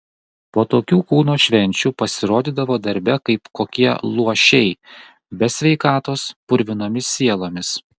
po tokių kūno švenčių pasirodydavo darbe kaip kokie luošiai be sveikatos purvinomis sielomis